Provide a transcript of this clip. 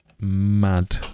Mad